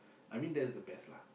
I mean that's the best lah